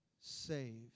saved